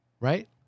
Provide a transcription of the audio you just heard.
right